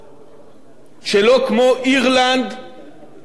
שלא כמו אירלנד ופורטוגל,